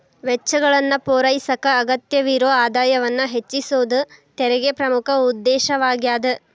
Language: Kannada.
ವೆಚ್ಚಗಳನ್ನ ಪೂರೈಸಕ ಅಗತ್ಯವಿರೊ ಆದಾಯವನ್ನ ಹೆಚ್ಚಿಸೋದ ತೆರಿಗೆ ಪ್ರಮುಖ ಉದ್ದೇಶವಾಗ್ಯಾದ